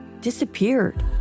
disappeared